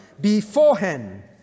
beforehand